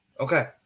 Okay